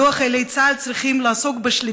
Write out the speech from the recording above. מדוע חיילי צה"ל צריכים לעסוק בשיטור?